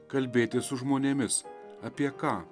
kalbėtis su žmonėmis apie ką